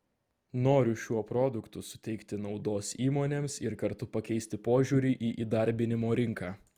noriu šiuo produktu suteikti naudos įmonėms ir kartu pakeisti požiūrį į įdarbinimo rinką